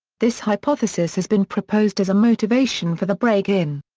this hypothesis has been proposed as a motivation for the break-in.